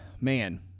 man